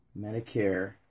Medicare